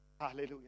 Hallelujah